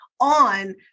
on